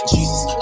Jesus